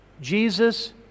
Jesus